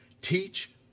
teach